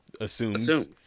assumes